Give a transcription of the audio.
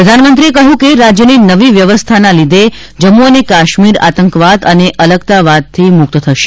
પ્રધાનમંત્રીએ કહ્યું કે રાજ્યની નવી વ્યવસ્થાના લીધે જમ્મુ અને કાશ્મીર આતંકવાદ અને અલગતાવાદથી મુક્ત થશે